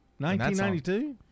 1992